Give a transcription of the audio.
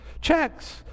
checks